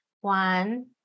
One